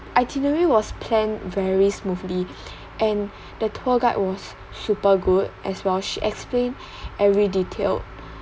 itinerary was planned very smoothly and the tour guide was super good as well she explain every detail